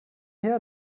her